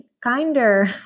kinder